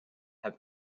have